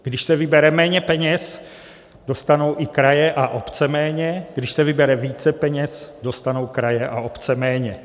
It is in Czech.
Když se vybere méně peněz, dostanou i kraje a obce méně, když se vybere více peněz, dostanou kraje a obce více .